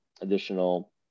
additional